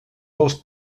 dels